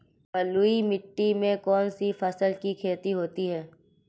बलुई मिट्टी में कौनसी फसल की खेती होती है?